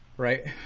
right?